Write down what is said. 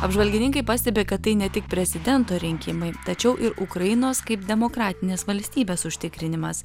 apžvalgininkai pastebi kad tai ne tik prezidento rinkimai tačiau ir ukrainos kaip demokratinės valstybės užtikrinimas